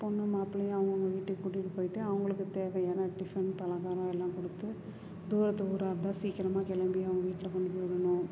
பொண்ணும் மாப்பிள்ளையும் அவங்கவங்க வீட்டுக்குக் கூட்டிகிட்டுப் போய்விட்டு அவர்களுக்குத் தேவையான டிஃபன் பலகாரம் எல்லாம் கொடுத்து தூரத்து ஊராக இருந்தால் சீக்கிரமாக கிளம்பி அவங்கள் வீட்டில் கொண்டு போய் விடணும்